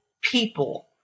people